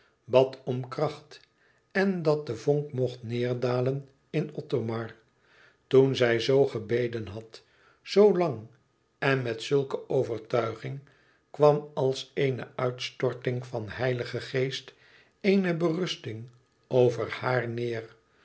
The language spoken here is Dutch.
bad om kracht en dat de vonk mocht neêrdalen in othomar toen zij zoo gebeden had zoo lang en met zulke overtuiging kwam als eene uitstorting van heiligen geest eene berusting over haar neêr